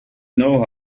know